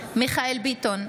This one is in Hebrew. מיכאל מרדכי ביטון,